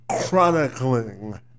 chronicling